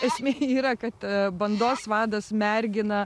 esmė yra kad bandos vadas mergina